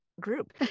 group